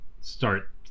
start